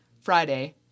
Friday